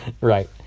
Right